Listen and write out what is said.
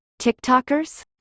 TikTokers